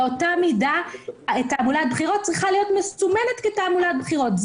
באותה מידה תעמולת בחירות צריכה להיות מסומנת כתעמולת בחירות.